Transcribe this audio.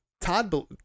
Todd